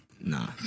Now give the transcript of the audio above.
Nah